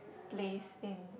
place in